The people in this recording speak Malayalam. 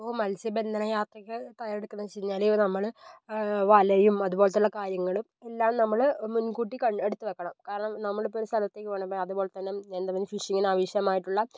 ഇപ്പോൾ മത്സ്യബന്ധന യാത്രകൾ തയ്യാറെടുക്കണതെന്ന് വെച്ചു കഴിഞ്ഞാൽ നമ്മൾ വലയും അതുപോലത്തെയുള്ള കാര്യങ്ങളും എല്ലാം നമ്മൾ മുൻകൂട്ടി കണ് എടുത്തു വെക്കണം കാരണം നമ്മൾ ഇപ്പോൾ ഒരു സ്ഥലത്തേക്ക് പോകാണ് അപ്പോൾ അതുപോലെ തന്നെ എന്തെങ്കിലും ഫിഷിങ്ങിന് ആവശ്യമായിട്ടുള്ള